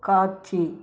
காட்சி